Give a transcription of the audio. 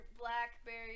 blackberry